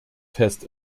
fest